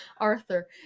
arthur